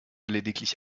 lediglich